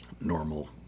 normal